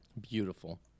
Beautiful